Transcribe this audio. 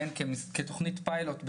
זאת המציאות.